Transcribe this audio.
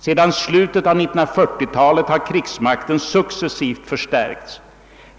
Sedan slutet av 1940-talet har krigsmakten successivt förstärkts.